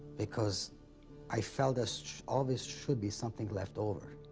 because i felt as always, should be something left over.